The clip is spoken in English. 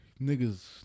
niggas